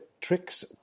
tricks